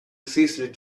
ceased